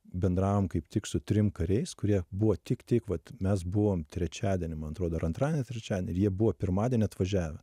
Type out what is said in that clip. bendravom kaip tik su trim kariais kurie buvo tik tik vat mes buvom trečiadienį man atrodo ar antradienį ar trečiadienį ir jie buvo pirmadienį atvažiavę